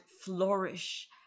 flourish